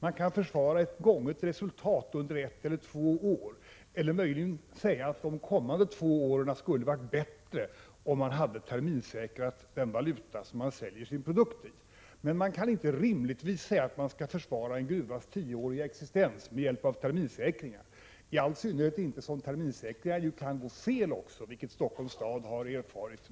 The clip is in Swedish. Man kan försvara ett gånget resultat under ett eller två år, eller möjligen säga att de kommande två åren skulle vara bättre om man hade terminssäkrat den valuta man säljer sin produkt i, men man kan inte rimligtvis säga att man försvarar gruvans tioåriga existens med hjälp av terminssäkringar — i all synnerhet som terminssäkringar kan slå fel, vilket Stockholms stad nyligen har erfarit.